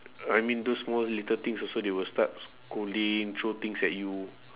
I mean those small little things also they will start scolding throw things at you